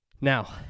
Now